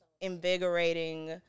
invigorating